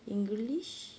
english